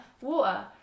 Water